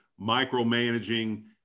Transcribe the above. micromanaging